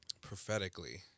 prophetically